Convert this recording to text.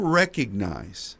recognize